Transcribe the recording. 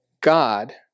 God